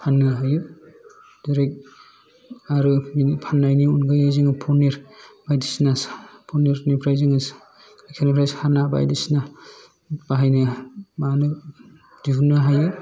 फान्नो हायो जेरै आरो बेनि फान्नायनि अनगायै जोङो फनिर बायदिसिना फनिर निफ्राय जोङो गायखेरनिफ्राय साना बायदिसिना बाहायनो मानो दिहुन्नो हायो